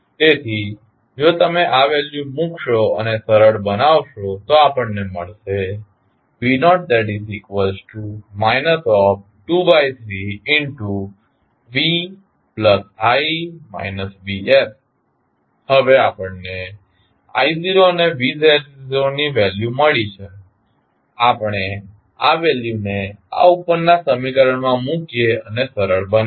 તેથી જો તમે આ વેલ્યુ મૂકશો અને સરળ બનાવશો તો આપણને મળશે v0 23vi vs હવે આપણને i0 અને v0ની વેલ્યુ મળી છે આપણે આ વેલ્યુને આ ઉપરના સમીકરણમાં મૂકીએ અને સરળ બનાવીએ